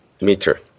meter